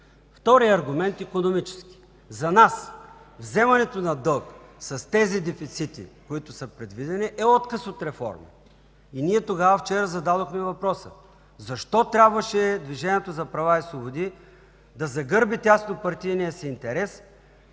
Вторият аргумент – икономически. За нас вземането на дълг с тези дефицити, които са предвидени, е отказ от реформа! Вчера зададохме въпроса: защо трябваше Движението за права и свободи да загърби тяснопартийния си интерес,